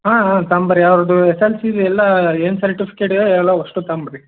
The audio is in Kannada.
ಹಾಂ ಹಾಂ ತೋಂಬರ್ರಿ ಅವ್ರದ್ದು ಎಸ್ ಎಲ್ ಸಿದು ಎಲ್ಲ ಏನು ಸರ್ಟಿಫಿಕೇಟ್ ಇದೆ ಎಲ್ಲ ಅಷ್ಟೂ ತೋಂಬರ್ರಿ